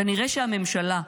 כנראה שהממשלה,